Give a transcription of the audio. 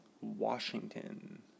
Washington